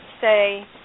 say